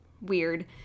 weird